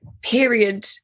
period